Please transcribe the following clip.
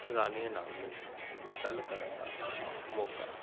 ਸੈਲਾਨੀਆਂ ਨਾਲ ਮੈਨੂੰ ਗੱਲ ਕਰਨ ਦਾ ਮੌਕਾ